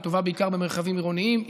היא טובה בעיקר במרחבים עירוניים,